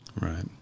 Right